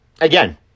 again